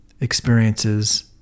experiences